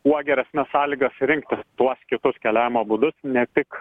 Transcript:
kuo geresnes sąlygas rinktis tuos kitus keliavimo būdus ne tik